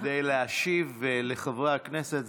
כדי להשיב לחברי הכנסת,